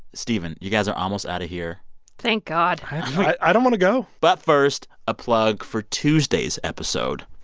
stephen, you guys are almost out of here thank god i don't want to go but first, a plug for tuesday's episode.